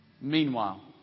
Meanwhile